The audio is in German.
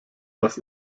was